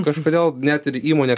kažkodėl net ir įmonė